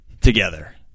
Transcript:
together